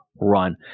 run